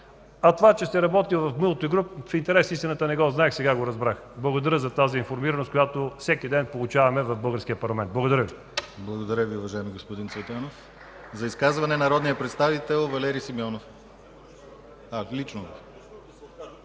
А това, че сте работили в „Мултигруп”, в интерес на истината не го знаех, сега го разбрах. Благодаря за тази информираност, която всеки ден получаваме в българския парламент. Благодаря Ви.